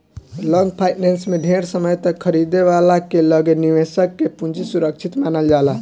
long finance में ढेर समय तक खरीदे वाला के लगे निवेशक के पूंजी सुरक्षित मानल जाला